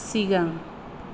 सिगां